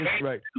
right